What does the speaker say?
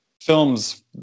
films